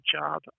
job